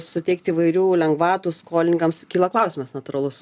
suteikti įvairių lengvatų skolininkams kyla klausimas natūralus